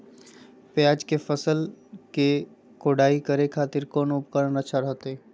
प्याज के फसल के कोढ़ाई करे खातिर कौन उपकरण अच्छा रहतय?